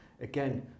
again